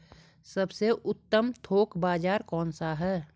सबसे उत्तम थोक बाज़ार कौन सा है?